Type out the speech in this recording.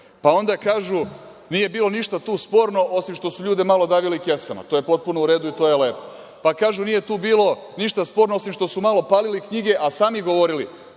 vreme. Onda kažu da nije tu ništa bilo sporno, osim što su ljude malo davali kesama. To je potpuno u redu i to je lepo, pa kažu da nije tu bilo ništa sporno, osim što su malo palili knjige, a sami govorili